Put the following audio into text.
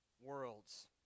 worlds